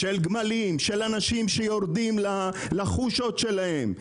גמלים ואנשים שיורדים לחושות שלהם.